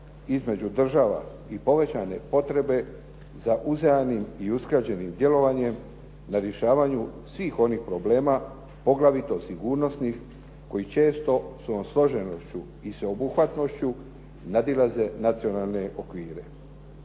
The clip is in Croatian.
između država i povećane potrebe za uzajamnim i usklađenim djelovanjem na rješavanju svih onih problema poglavito sigurnosnih koji često svojom složenošću i sveobuhvatnošću nadilaze nacionalne okvire.